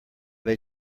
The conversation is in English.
they